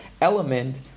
element